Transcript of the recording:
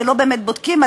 שלא באמת בודקים,